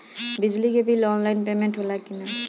बिजली के bill online payment होला कि ना?